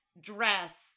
dress